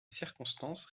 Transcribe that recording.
circonstances